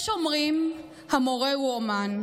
"יש אומרים: המורה הוא אומן.